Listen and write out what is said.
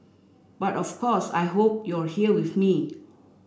but of course I hope you're here with me